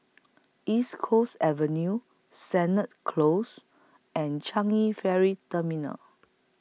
East Coast Avenue Sennett Close and Changi Ferry Terminal